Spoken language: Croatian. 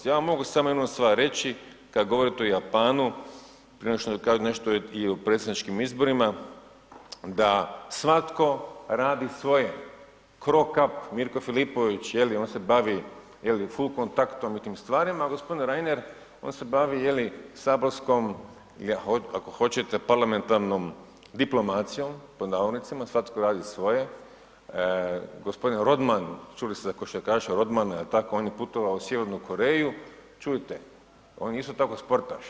Ja vam mogu samo jednu stvar reći kada govorite o Japanu prije nego što da kažem nešto i o predsjedničkim izborima, da svako radi svoj Cro Cup Mirko Filipović jeli on se bavi fulkontaktom i tim stvarima, a gospodin Reiner on se bavi saborskom ili ako hoćete „parlamentarnom diplomacijom“, svatko radi svoje, gospodin Rodman, čuli ste za košarkaša Rodmana on je putovao u Sjevernu Koreju čujte on je isto tako sportaš.